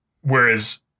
Whereas